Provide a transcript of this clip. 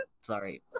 sorry